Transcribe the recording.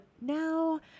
now